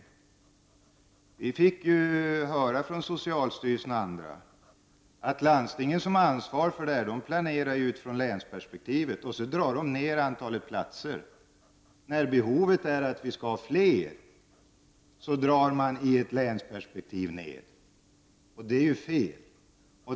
Av bl.a. socialstyrelsen har vi fått höra att landstingen, som har ansvaret för dessa saker, i sin planering utgår från länsperspektivet. Man minskar antalet platser då det i stället behövs fler platser — detta i länsperspektivet. Detta är fel.